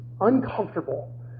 uncomfortable